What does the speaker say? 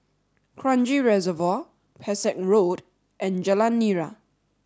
Kranji Reservoir Pesek Road and Jalan Nira